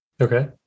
Okay